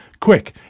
quick